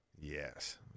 Yes